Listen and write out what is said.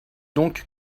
donc